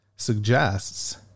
suggests